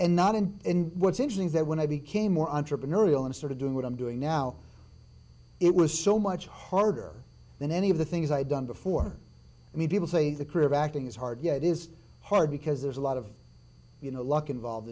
and not and what's interesting is that when i became more entrepreneurial and sort of doing what i'm doing now it was so much harder than any of the things i had done before i mean people say the career of acting is hard yeah it is hard because there's a lot of you know luck involved